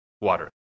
Water